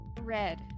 Red